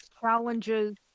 challenges